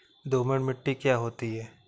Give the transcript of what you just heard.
दोमट मिट्टी क्या होती हैं?